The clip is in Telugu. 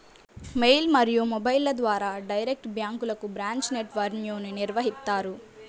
మెయిల్ మరియు మొబైల్ల ద్వారా డైరెక్ట్ బ్యాంక్లకు బ్రాంచ్ నెట్ వర్క్ను నిర్వహిత్తారు